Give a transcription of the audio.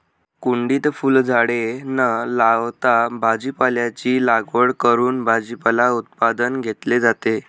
कुंडीत फुलझाडे न लावता भाजीपाल्याची लागवड करून भाजीपाला उत्पादन घेतले जाते